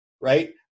right